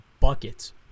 buckets